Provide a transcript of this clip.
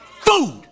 food